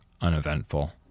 uneventful